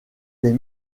des